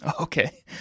Okay